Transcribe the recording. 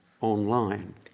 online